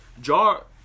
Jar